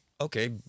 Okay